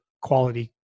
quality